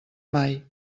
mai